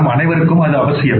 நம் அனைவருக்கும் அது அவசியம்